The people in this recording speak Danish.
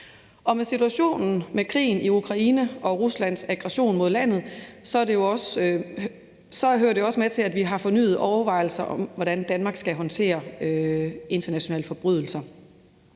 og med situationen med krigen i Ukraine og Ruslands aggression mod landet hører det jo også med til det, at vi har fornyede overvejelser om, hvordan Danmark skal håndtere internationale forbrydelser.